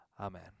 Amen